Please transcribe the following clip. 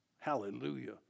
Hallelujah